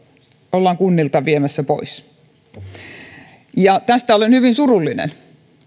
ollaan kunnilta viemässä pois tästä olen hyvin surullinen